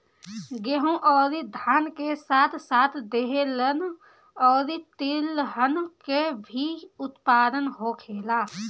गेहूं अउरी धान के साथ साथ दहलन अउरी तिलहन के भी उत्पादन होखेला